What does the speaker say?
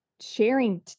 sharing